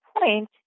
point